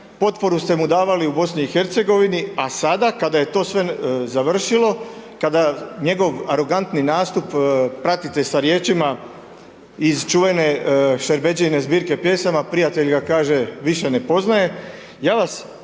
potporu ste mu davali u BiH-u a sada kada je to sve završilo, kada njegov arogantni nastup pratite sa riječima iz čuvene Šerbedžijine zbirke pjesama, prijatelj ga kaže, više ne poznaje, ja vas,